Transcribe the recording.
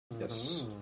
Yes